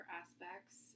aspects